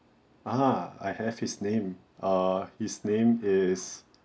ah I have his name uh his name is